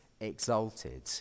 exalted